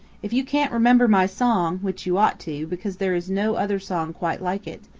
if you can't remember my song, which you ought to, because there is no other song quite like it,